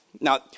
Now